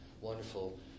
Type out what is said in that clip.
wonderful